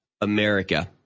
America